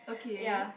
okay